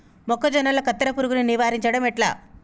మొక్కజొన్నల కత్తెర పురుగుని నివారించడం ఎట్లా?